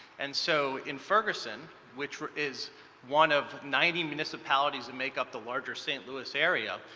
and so in ferguson, which is one of ninety municipalities that make up the larger st. louis area,